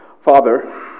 Father